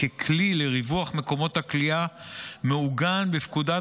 השחרור המינהלי ככלי לריווח מקומות הכליאה מעוגן בפקודת